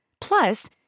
Plus